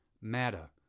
matter